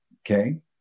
Okay